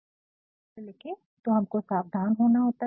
जब हम पत्र लिखे तो हमको सावधान होना होता है